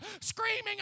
screaming